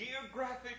geographic